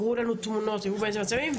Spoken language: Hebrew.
הראו לנו תמונות, הראו באיזה מצבים.